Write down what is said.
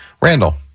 Randall